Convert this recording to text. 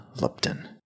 Lupton